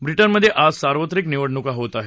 ब्रिटनमध्ये आज सार्वत्रिक निवडणूका होत आहेत